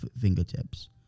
fingertips